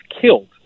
killed